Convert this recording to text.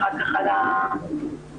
תוגברו הכוחות במסגרת ההיערכות